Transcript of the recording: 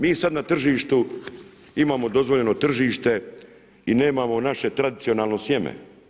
Mi sad na tržištu imamo dozvoljeno tržište i nemamo naše tradicionalno sjeme.